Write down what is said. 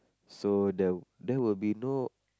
so the that will be no